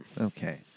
Okay